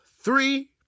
three